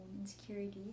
insecurities